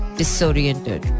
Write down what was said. disoriented